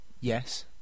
Yes